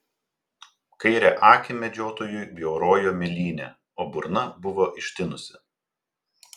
kairę akį medžiotojui bjaurojo mėlynė o burna buvo ištinusi